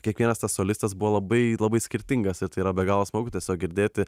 kiekvienas tas solistas buvo labai labai skirtingas ir tai yra be galo smagu tiesiog girdėti